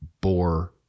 bore